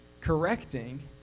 correcting